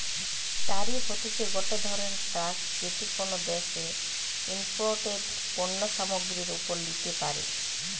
tariff হতিছে গটে ধরণের ট্যাক্স যেটি কোনো দ্যাশে ইমপোর্টেড পণ্য সামগ্রীর ওপরে লিতে পারে